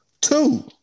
Two